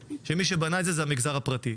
שמי שבנה את זה זה המגזר הפרטי,